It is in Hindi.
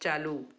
चालू